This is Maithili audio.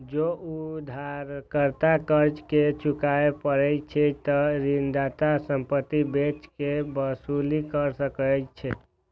जौं उधारकर्ता कर्ज नै चुकाय पाबै छै, ते ऋणदाता संपत्ति बेच कें वसूली कैर सकै छै